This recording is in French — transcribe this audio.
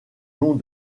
long